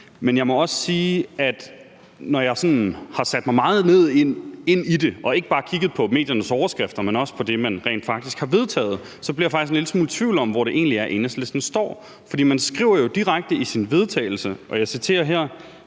Men jeg må også sige, at når jeg sådan har sat mig meget ind i det og ikke bare kigget på mediernes overskrifter, men også på det, man rent faktisk har vedtaget, så bliver jeg faktisk en lille smule i tvivl om, hvor det egentlig er Enhedslisten står. For man skriver jo direkte i sin vedtagelse – og jeg citerer her: